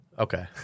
Okay